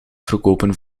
verkopen